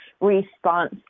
response